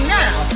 now